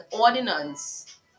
ordinance